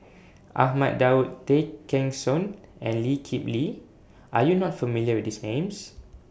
Ahmad Daud Tay Kheng Soon and Lee Kip Lee Are YOU not familiar with These Names